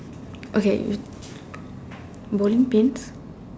okay bowling pins